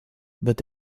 wird